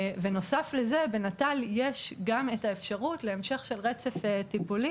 ובנוסף לכך בנט"ל יש גם אפשרות להמשך של רצף טיפולי